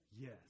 Yes